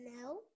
No